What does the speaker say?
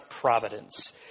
providence